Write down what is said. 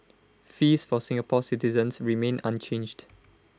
fees for Singapore citizens remain unchanged